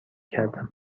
کردم